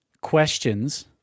questions